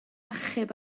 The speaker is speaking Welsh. achub